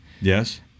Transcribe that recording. Yes